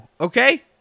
Okay